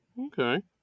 Okay